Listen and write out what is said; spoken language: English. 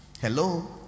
Hello